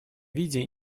виде